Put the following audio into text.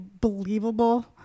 believable